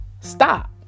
stop